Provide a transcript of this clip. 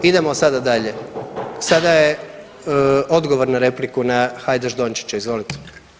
Idemo sada dalje, sada je odgovor na repliku na Hajdaš Dončića, izvolite.